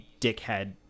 dickhead